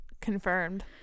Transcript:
Confirmed